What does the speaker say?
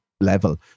level